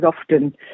often